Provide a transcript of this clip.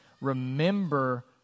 remember